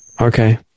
Okay